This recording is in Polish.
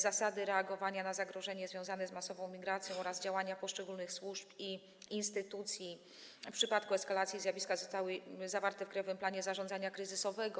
Zasady reagowania na zagrożenia związane z masową migracją oraz działania poszczególnych służb i instytucji w przypadku eskalacji zjawiska zostały ujęte w „Krajowym planie zarządzania kryzysowego”